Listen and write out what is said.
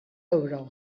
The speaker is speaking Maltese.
ewro